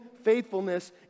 faithfulness